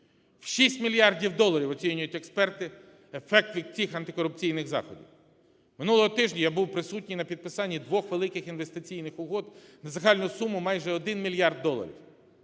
В 6 мільярдів доларів оцінюють експерти ефект від цих антикорупційних заходів. Минулого тижня я був присутній на підписанні двох великих інвестиційних угод на загальну суму майже 1 мільярд доларів.